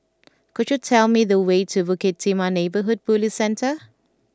could you tell me the way to Bukit Timah Neighbourhood Police Centre